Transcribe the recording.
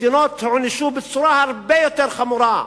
מדינות הוענשו בצורה הרבה יותר חמורה.